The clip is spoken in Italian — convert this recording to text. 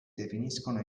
definiscono